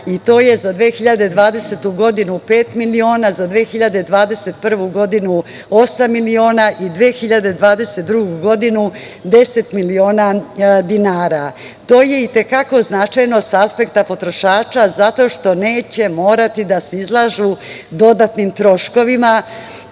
i to je za 2020. godinu pet miliona, za 2021. godinu osam miliona i 2022. godinu deset miliona dinara. To je i te kako značajno sa aspekta potrošača zato što neće morati da se izlažu dodatnim troškovima,